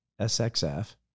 sxf